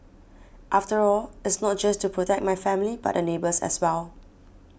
after all it's not just to protect my family but the neighbours as well